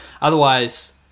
otherwise